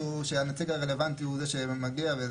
--- למה --- הוא חייב להוכיח שהנציג הרלוונטי הוא זה שמגיע וכולי.